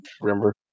remember